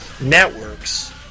networks